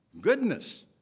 Goodness